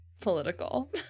political